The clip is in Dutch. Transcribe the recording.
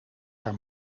haar